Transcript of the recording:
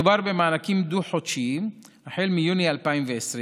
מדובר במענקים דו-חודשיים החל מיוני 2020,